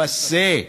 פאסה.